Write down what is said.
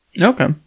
okay